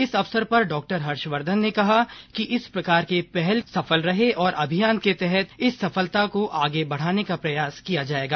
इस अवसर पर डॉक्टर हर्षवर्धन ने कहा कि इस प्रकार के पहले के अभियान काफी सफल रहे हैं और अभियान के तहत इस सफलता को आगे बढ़ाने का प्रयास किया जाएगा